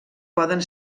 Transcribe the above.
poden